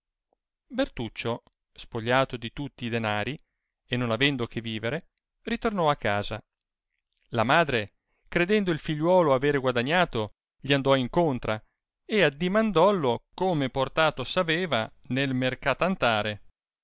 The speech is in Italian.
bertuccio spogliato di tutti i danari e non avendo che vivere ritornò a casa la madre credendo il figliuolo avere guadagnato gli andò in contra e addimandollo come portato s aveva nl